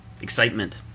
excitement